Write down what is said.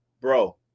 bro